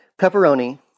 pepperoni